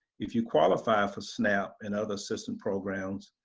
if you qualify for snap and other assistance programs,